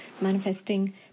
manifesting